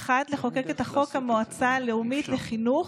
האחד, לחוקק את חוק המועצה הלאומית לחינוך.